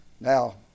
Now